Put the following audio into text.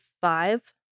five